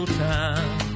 time